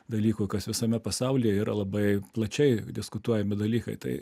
dalykų kas visame pasaulyje yra labai plačiai diskutuojami dalykai tai